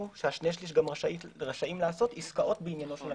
ששני השלישים גם רשאים לעשות עסקאות בעניינו של המתקן.